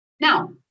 Now